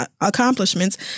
accomplishments